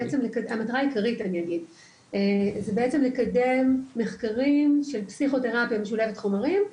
המטרה העיקרית זה לקדם מחקרים של פסיכותרפיה משולבת חומרים,